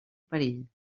perill